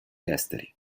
esteri